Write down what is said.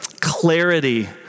clarity